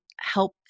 help